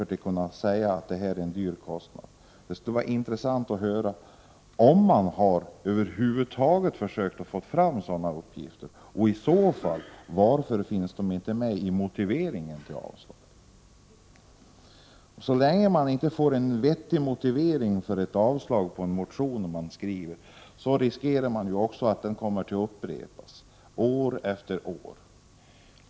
Det skulle vara intressant att få höra om utskottet över huvud taget har försökt få fram sådana uppgifter, och om man har det, varför de inte finns med i utskottets motivering för att avstyrka motionen. Så länge utskottet inte ger en motivering till avstyrkandet av motionen risker utskottet att den kommer att upprepas år efter år.